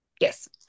yes